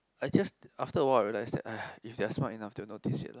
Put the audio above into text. I just after a while I realized that !aiya! if they are smart enough to notice that